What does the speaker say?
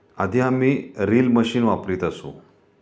आधी आम्ही reel machine वापरत असू